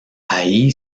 allí